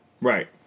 Right